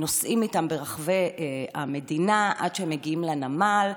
נוסעים איתם ברחבי המדינה עד שמגיעים לנמל,